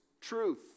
truth